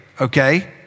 okay